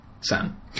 Sam